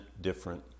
different